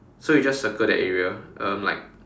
so you just circle that area um like